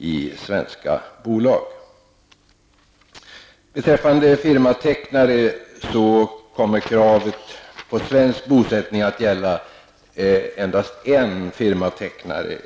i svenska bolag. Kravet på svensk bosättning för firmatecknare kommer i fortsättningen endast att gälla en firmatecknare.